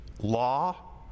Law